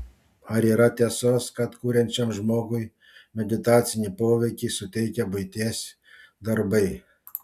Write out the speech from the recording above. ar yra tiesos kad kuriančiam žmogui meditacinį poveikį suteikia buities darbai